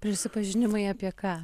prisipažinimai apie ką